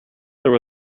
there